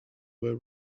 were